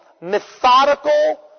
methodical